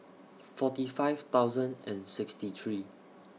forty five thousand and sixty three